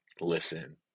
listen